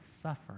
suffer